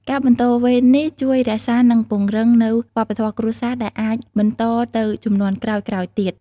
ការបន្តវេននេះជួយរក្សា និងពង្រឹងនូវវប្បធម៌គ្រួសារ ដែលអាចបន្តទៅជំនាន់ក្រោយៗទៀត។